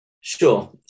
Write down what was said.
Sure